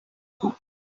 all